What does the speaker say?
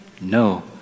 No